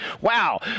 wow